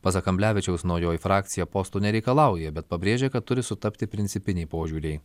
pasak kamblevičiaus naujoji frakcija postų nereikalauja bet pabrėžė kad turi sutapti principiniai požiūriai